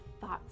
thoughts